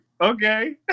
okay